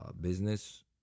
Business